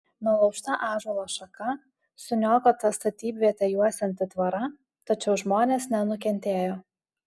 nulaužta ąžuolo šaka suniokota statybvietę juosianti tvora tačiau žmonės nenukentėjo